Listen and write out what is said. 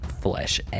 flesh